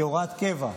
כהוראת קבע.